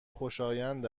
خوشایند